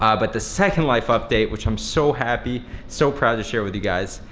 um but the second life update, which i'm so happy, so proud to share with you guys,